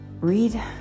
read